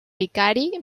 vicari